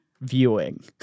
viewing